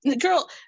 girl